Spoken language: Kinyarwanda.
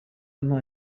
nta